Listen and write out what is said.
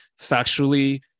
factually